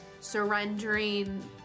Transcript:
surrendering